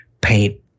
paint